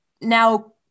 now